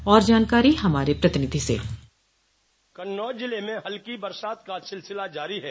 और जानकारी हमारे प्रतिनिधि से कन्नौज ज़िले में हल्की बरसात का सिलसिला जारी है